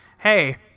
Hey